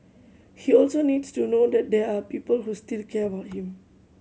he also needs to know that there are people who still care about him